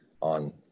on